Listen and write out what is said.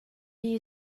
you